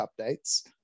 updates